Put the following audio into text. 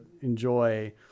enjoy